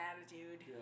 attitude